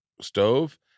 stove